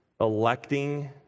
electing